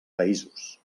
països